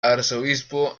arzobispo